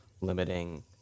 limiting